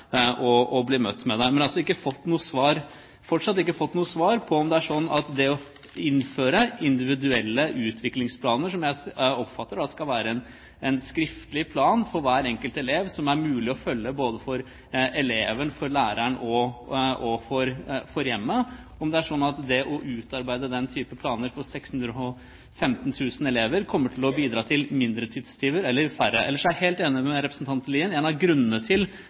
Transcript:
bli møtt med det. Vi har fortsatt ikke fått noe svar på om det er sånn at det å innføre individuelle utviklingsplaner – som jeg oppfatter skal være en skriftlig plan for hver enkelt elev, som er mulig å følge både for eleven, for læreren og for hjemmet – at det å utarbeide den type planer for 615 000 elever, kommer til å bidra til færre tidstyver. Ellers er jeg helt enig med representanten Lien i at en av grunnene til